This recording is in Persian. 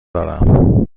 دارم